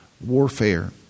warfare